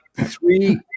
three